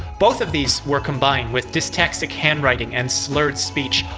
both of these were combined with dystaxic handwriting and slurred speech,